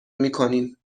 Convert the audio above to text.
میکنیم